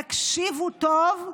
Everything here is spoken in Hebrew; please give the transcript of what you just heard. תקשיבו טוב,